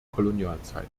kolonialzeit